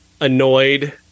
annoyed